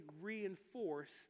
reinforce